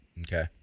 Okay